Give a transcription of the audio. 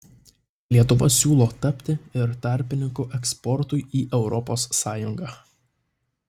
lietuva siūlo tapti ir tarpininku eksportui į europos sąjungą